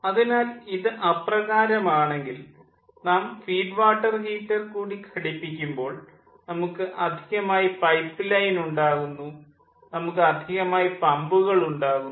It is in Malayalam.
അതിനാൽ ഇത് അപ്രകാരം ആണെങ്കിൽ നാം ഫീഡ് വാട്ടർ ഹീറ്റർ കൂടി ഘടിപ്പിക്കുമ്പോൾ നമുക്ക് അധികമായി പൈപ്പ്ലൈൻ ഉണ്ടാകുന്നു നമുക്ക് അധികമായി പമ്പുകൾ ഉണ്ടാകുന്നു